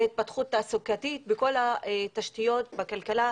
זה התפתחות תעסוקתית בכל התשתיות בכלכלה,